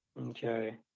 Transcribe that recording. Okay